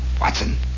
Watson